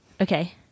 Okay